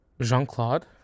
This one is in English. Jean-Claude